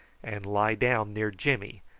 and lie down near jimmy,